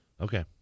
Okay